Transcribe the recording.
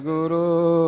Guru